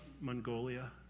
Mongolia